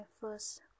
first